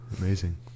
amazing